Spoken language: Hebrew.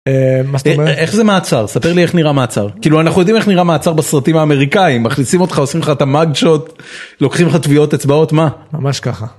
מה זאת אומרת, איך זה מעצר ספר לי איך נראה מעצר כאילו אנחנו יודעים איך נראה מעצר בסרטים האמריקאים מכניסים אותך עושים לך את המגדשות לוקחים לך טביעות אצבעות מה ממש ככה.